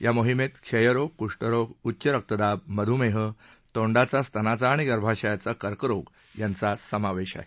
या मोहिमेत क्षयरोग क्ष्ठरोग उच्च रक्तदाब मध्मेह तोंडाचा स्तनांचा आणि गर्भाशयाचा कर्करोग यांचा समावेश आहे